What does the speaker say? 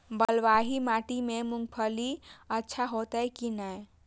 बलवाही माटी में मूंगफली अच्छा होते की ने?